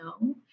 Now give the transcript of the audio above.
no